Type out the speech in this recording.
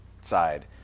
side